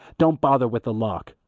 don't bother with the lock.